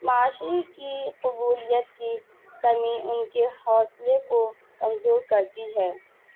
معاشرے کی قبولیت کی کمی ان کے حوصلے کو کمزور کرتی ہے